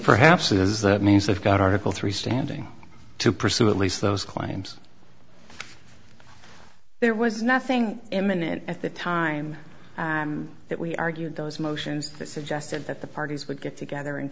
perhaps it is that means that got article three standing to pursue at least those claims there was nothing imminent at the time that we argued those motions that suggested that the parties would get together and